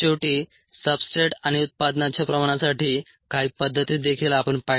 शेवटी सब्सट्रेट आणि उत्पादनाच्या प्रमाणासाठी काही पद्धती देखील आपण पाहिल्या